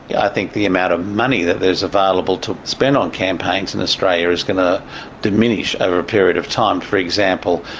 yeah the amount of money that there is available to spend on campaigns in australia is going to diminish over a period of time for example,